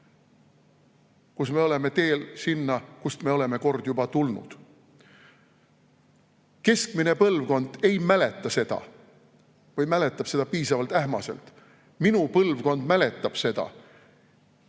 kus me oleme teel sinna, kust me oleme kord juba tulnud. Keskmine põlvkond ei mäleta seda või mäletab seda piisavalt ähmaselt. Minu põlvkond mäletab seda.